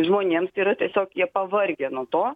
žmonėms yra tiesiog jie pavargę nuo to